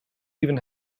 even